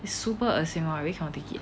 super 恶心 oh when I take it